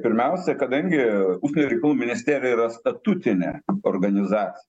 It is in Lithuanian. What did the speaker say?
pirmiausia kadangi užsienio reikalų ministerija yra statutinė organizacija